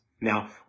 Now